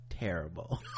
Terrible